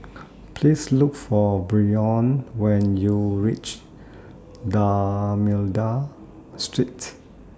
Please Look For Brion when YOU REACH D'almeida Street